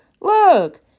Look